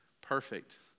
perfect